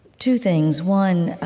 two things. one,